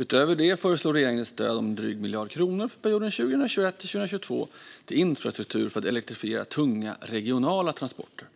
Utöver det föreslår regeringen ett stöd om en dryg miljard kronor för perioden 2021-2022 till infrastruktur för att elektrifiera tunga regionala transporter.